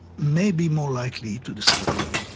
may be more likely to discover it.